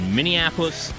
Minneapolis